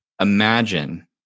imagine